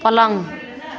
पलङ